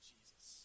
Jesus